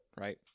right